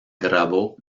grabó